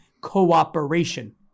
cooperation